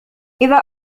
إذا